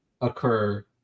occur